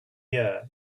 year